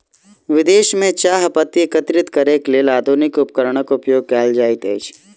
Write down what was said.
विदेश में चाह पत्ती एकत्रित करैक लेल आधुनिक उपकरणक उपयोग कयल जाइत अछि